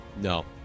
No